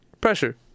pressure